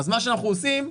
אז מה שאנחנו עושים,